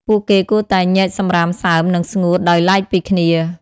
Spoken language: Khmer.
ពួកគេគួរតែញែកសំរាមសើម និងស្ងួតដោយទ្បែកពីគ្នា។